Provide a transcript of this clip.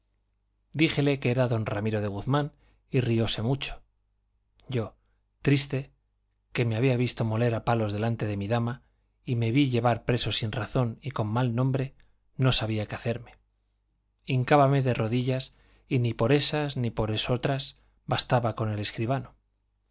díjele que era don ramiro de guzmán y rióse mucho yo triste que me había visto moler a palos delante de mi dama y me vi llevar preso sin razón y con mal nombre no sabía qué hacerme hincábame de rodillas y ni por esas ni por esotras bastaba con el escribano